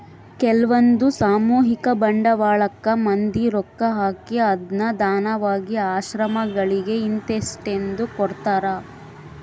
ಕೆಲ್ವಂದು ಸಾಮೂಹಿಕ ಬಂಡವಾಳಕ್ಕ ಮಂದಿ ರೊಕ್ಕ ಹಾಕಿ ಅದ್ನ ದಾನವಾಗಿ ಆಶ್ರಮಗಳಿಗೆ ಇಂತಿಸ್ಟೆಂದು ಕೊಡ್ತರಾ